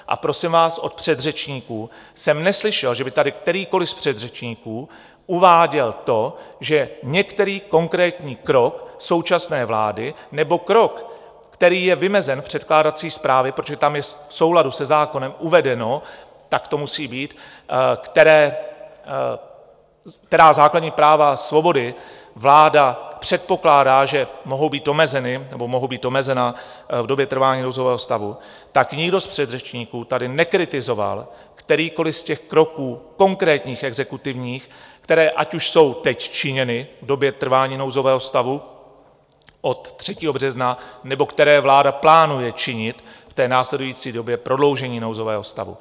A prosím vás, od předřečníků jsem neslyšel, že by tady kterýkoli z předřečníků uváděl to, že některý konkrétní krok současné vlády nebo krok, který je vymezen v předkládací zprávě, protože tam je v souladu se zákonem uvedeno, tak to musí být, která základní práva a svobody vláda předpokládá, že mohou být omezeny v době trvání nouzového stavu, tak nikdo z předřečníků tady nekritizoval kterýkoliv z těch kroků konkrétních exekutivních, které ať už jsou teď činěny v době trvání nouzového stavu od 3. března, nebo které vláda plánuje činit v té následující době prodloužení nouzového stavu.